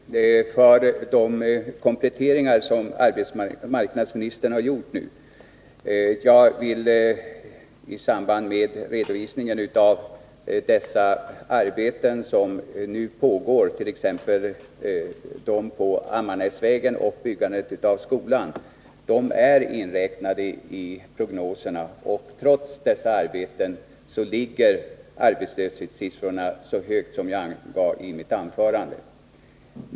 Herr talman! Jag tackar för de kompletterande upplysningar som arbetsmarknadsministern lämnade. De arbeten som arbetsmarknadsministern nämnde, upprustningen av Ammarnäsvägen och byggandet av skolan, är inräknade i prognoserna. Trots dessa arbeten är arbetslöshetssiffrorna så höga som jag angav i mitt anförande.